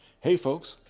hey folks!